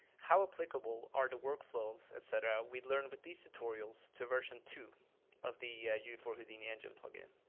how applicable are the workflows, et cetera, we learned with these tutorials to version two of the ue for houdini engine plugin?